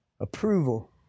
approval